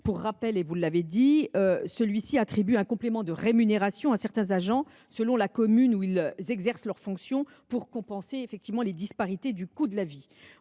Pour rappel, celui ci vise à attribuer un complément de rémunération à certains agents selon la commune où ils exercent leurs fonctions pour compenser les disparités du coût de la vie.